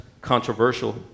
controversial